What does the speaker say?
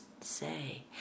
say